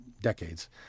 decades